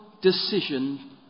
decision